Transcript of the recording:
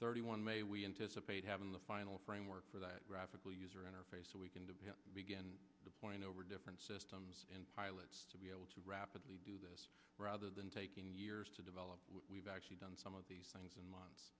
thirty one may we anticipate having the final framework for that graphical user interface so we can begin to point over different systems and pilots to be able to rapidly do this rather than taking years to develop we've actually done some of these things in m